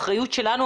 האחריות שלנו,